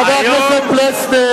חבר הכנסת פלסנר.